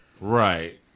Right